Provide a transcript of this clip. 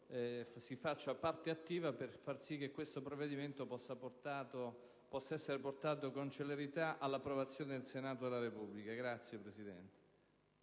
si faccia parte attiva per far sì che i due provvedimenti possano essere portati con celerità all'approvazione del Senato della Repubblica.